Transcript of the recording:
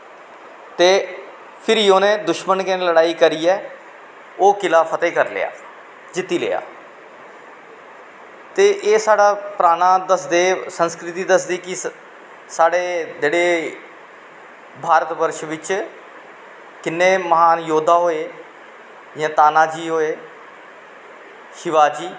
ते फिरी उनैं दुशमन कन्नै लड़ाई करियै ओह् किला फते करी लेआ जित्ती लेआ ते एह् साढ़ा पराना दसदे संस्कृति दसदी कि साढ़े जेह्ड़े भारत बर्श बिच्च किन्ने महान योध्दा होऐ जियां ताना जी होए शीवाजी